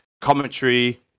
commentary